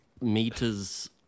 meters